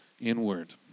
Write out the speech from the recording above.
inward